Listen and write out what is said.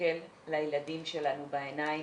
להסתכל לילדים שלנו בעיניים,